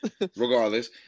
Regardless